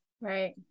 Right